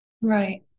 Right